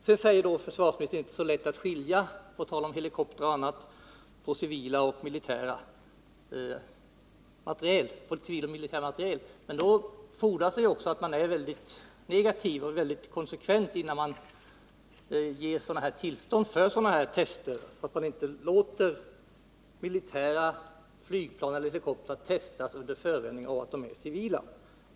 Så säger försvarsministern att det när det gäller helikoptrar och annat inte är så lätt att skilja på civil och militär materiel. Men då fordras också att man är mycket negativ och konsekvent innan tillstånd beviljas för sådana här tester, så att man inte låter militära flygplan och helikoptrar testas under förevändningen att de är civila.